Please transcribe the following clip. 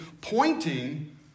pointing